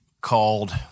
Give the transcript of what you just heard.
called